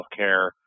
healthcare